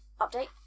update